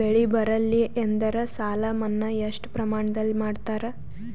ಬೆಳಿ ಬರಲ್ಲಿ ಎಂದರ ಸಾಲ ಮನ್ನಾ ಎಷ್ಟು ಪ್ರಮಾಣದಲ್ಲಿ ಮಾಡತಾರ?